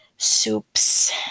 soups